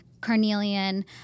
Carnelian